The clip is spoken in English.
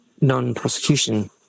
non-prosecution